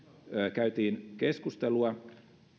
käytiin keskustelua